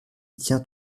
tient